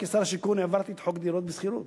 כשר השיכון העברתי את חוק דירות בשכירות,